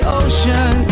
ocean